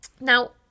Now